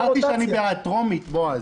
אמרתי שאני בעד טרומית, בועז.